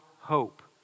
hope